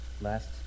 Last